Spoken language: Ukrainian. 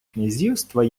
князівства